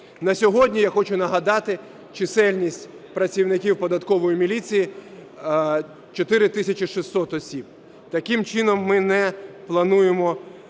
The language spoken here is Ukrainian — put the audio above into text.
На сьогодні, я хочу нагадати, чисельність працівників податкової міліції 4 тисячі 600 осіб. Таким чином ми не плануємо